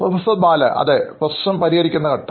professor ബാലപരിഹരിക്കുന്ന ഘട്ടം